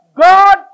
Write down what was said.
God